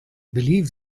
believe